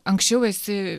anksčiau esi